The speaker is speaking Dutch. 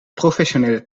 professionele